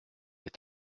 est